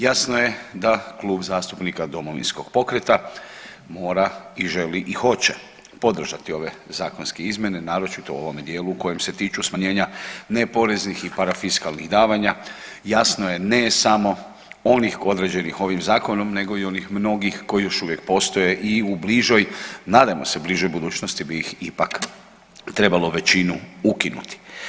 Jasno je da Klub zastupnika Domovinskog pokreta mora i želi i hoće podržati ove zakonske izmjene naročito u ovome dijelu u kojem se tiču smanjenja neporeznih i parafiskalnih davanja, jasno je ne samo onih određenih ovim zakonom nego i onih mnogih koji još uvijek postoje i u bližoj, nadajmo se bližoj budućnosti bi ih ipak trebalo većinu ukinuti.